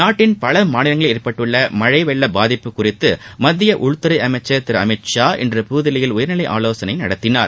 நாட்டின் பல மாநிலங்களில் ஏற்பட்டுள்ள மழை வெள்ளப்பாதிப்பு குறித்து மத்திய உள்துறை அமைச்சர் திரு அமித் ஷா இன்று புதுதில்லியில் உயர்நிலை ஆவோசனை நடத்தினார்